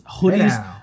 hoodies